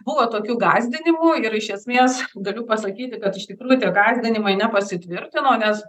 buvo tokių gąsdinimų ir iš esmės galiu pasakyti kad iš tikrųjų tie gąsdinimai nepasitvirtino nes